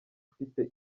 ufite